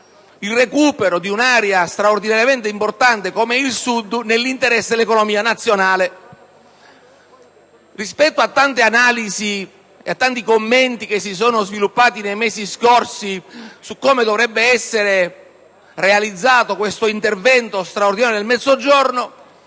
il recupero di un'area straordinariamente importante, qual è il nostro Sud, nell'interesse dell'economia nazionale. Rispetto alle tante analisi e ai tanti commenti dei mesi scorsi su come dovrebbe essere realizzato questo intervento straordinario nel Mezzogiorno,